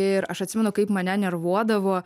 ir aš atsimenu kaip mane nervuodavo